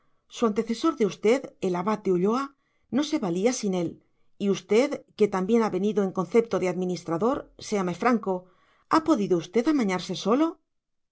su antecesor de usted el abad de ulloa no se valía sin él y usted que también ha venido en concepto de administrador séame franco ha podido usted amañarse solo